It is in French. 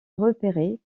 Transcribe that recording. repéré